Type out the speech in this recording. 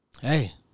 Hey